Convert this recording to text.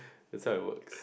that's how it works